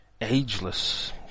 ageless